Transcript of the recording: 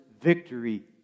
victory